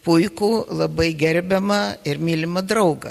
puikų labai gerbiamą ir mylimą draugą